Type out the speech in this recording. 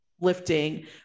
lifting